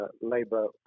Labour